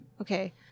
okay